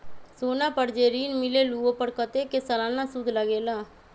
सोना पर जे ऋन मिलेलु ओपर कतेक के सालाना सुद लगेल?